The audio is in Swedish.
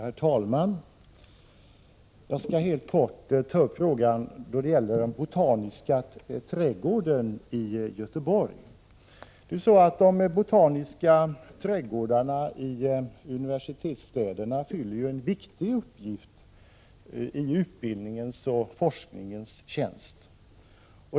Herr talman! Jag skall helt kortfattat ta upp frågan om Botaniska trädgården i Göteborg. De botaniska trädgårdarna i universitetsstäderna fyller en viktig uppgift i utbildningens och forskningens tjänst.